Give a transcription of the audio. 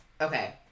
Okay